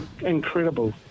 incredible